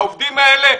העובדים האלה,